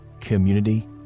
community